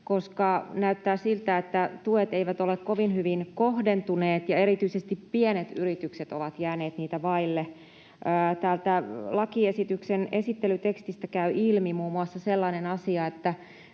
koska näyttää siltä, että tuet eivät ole kovin hyvin kohdentuneet ja erityisesti pienet yritykset ovat jääneet niitä vaille. Lakiesityksen esittelytekstistä käy ilmi muun muassa sellainen asia, että